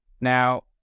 Now